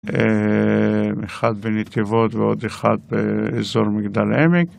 אחד בנתיבות ועוד אחד באזור מגדל עמק.